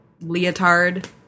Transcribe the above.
leotard